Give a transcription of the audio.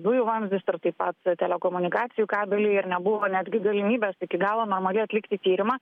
dujų vamzdis ir taip pat telekomunikacijų kabeliai ir nebuvo netgi galimybės iki galo normaliai atlikti tyrimą